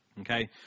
Okay